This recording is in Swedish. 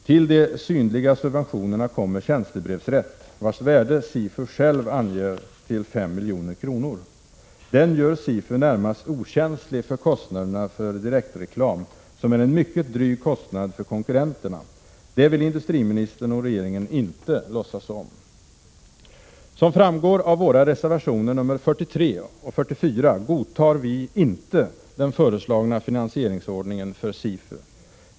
Till de synliga subventionerna kommer tjänstebrevsrätt, vars värde SIFU självt anger till 5 milj.kr. Tjänstebrevsrätten gör SIFU närmast okänslig för kostnaderna för direktreklam, som är en mycket dryg kostnadspost för konkurrenterna. Det vill industriministern och regeringen inte låtsas om. Som framgår av våra reservationer nr 43 och 44 godtar vi inte den föreslagna finansieringsordningen när det gäller SIFU.